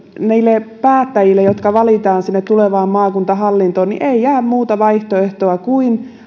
niille päättäjille jotka valitaan sinne tulevaan maakuntahallintoon ei jää muuta vaihtoehtoa kuin